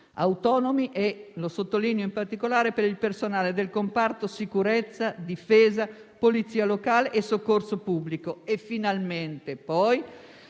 autonomi e - lo sottolineo in modo particolare - per il personale del comparto sicurezza, difesa, polizia locale e soccorso pubblico e, finalmente, si